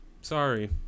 sorry